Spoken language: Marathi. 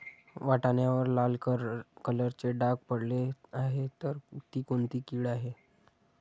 वाटाण्यावर लाल कलरचे डाग पडले आहे तर ती कोणती कीड आहे?